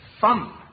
fun